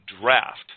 draft